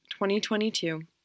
2022